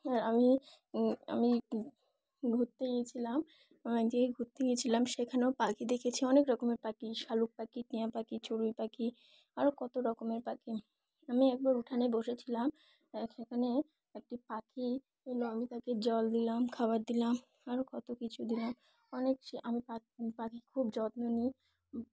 আর আমি আমি ঘুরতে গিয়েছিলাম যে ঘুরতে গিয়েছিলাম সেখানেও পাখি দেখেছি অনেক রকমের পাখি শালুক পাখি টিয়া পাখি চড়ুই পাখি আরও কত রকমের পাখি আমি একবার উঠানে বসেছিলাম সেখানে একটি পাখি এবং আমি তাকে জল দিলাম খাবার দিলাম আরও কত কিছু দিলাম অনেক আমি পাখির খুব যত্ন নিই